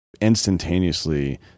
instantaneously